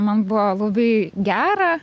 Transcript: man buvo labai gera